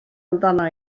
amdana